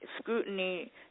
scrutiny